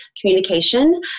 communication